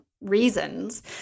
reasons